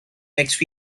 next